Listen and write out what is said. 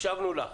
הקשבנו לך